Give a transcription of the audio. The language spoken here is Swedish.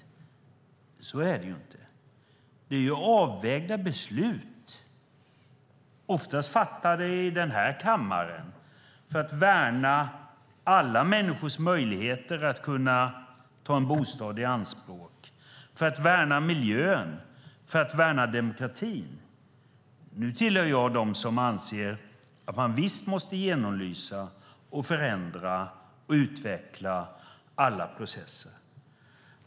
Men så är det ju inte. Det är avvägda beslut, oftast fattade i den här kammaren, för att värna alla människors möjligheter att ta en bostad i anspråk, för att värna miljön, för att värna demokratin. Jag tillhör dem som anser att man visst måste genomlysa, förändra och utveckla alla processer.